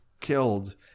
killed